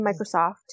Microsoft